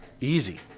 Easy